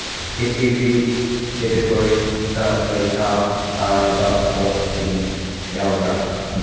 ꯑꯦ T V ꯀꯦꯇꯣꯒꯣꯔꯤꯁꯇ ꯄꯩꯁꯥ ꯇꯥꯔꯕ ꯄꯣꯠꯁꯤꯡ ꯌꯥꯎꯕ꯭ꯔꯥ